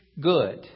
good